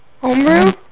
Homebrew